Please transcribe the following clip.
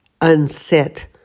unset